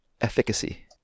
efficacy